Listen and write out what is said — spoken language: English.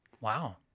wow